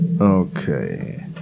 Okay